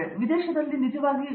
ಆದರೆ ವಿದೇಶದಲ್ಲಿ ಅವರು ನಿಜವಾಗಿಯೂ